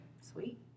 Sweet